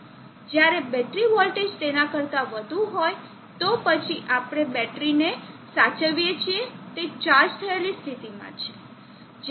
જ્યારે battery voltage તેના કરતા વધુ હોય તો પછી આપણે બેટરીને સાચવીએ છીએ તે ચાર્જ થયેલ સ્થિતિમાં છે